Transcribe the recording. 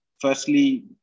firstly